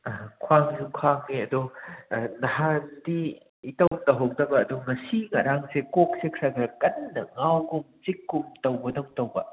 ꯈ꯭ꯋꯥꯡꯁꯨ ꯈ꯭ꯋꯥꯡꯅꯦ ꯑꯗꯣ ꯅꯍꯥꯟꯗꯤ ꯏꯇꯧ ꯇꯧꯍꯧꯗꯕ ꯑꯗꯣ ꯉꯁꯤ ꯉꯔꯥꯡꯁꯦ ꯀꯣꯛꯁꯦ ꯈꯔ ꯈꯔ ꯀꯟꯅ ꯉꯥꯎꯒꯨꯝ ꯆꯤꯛꯀꯨꯝ ꯇꯧꯕꯗꯧ ꯇꯧꯕ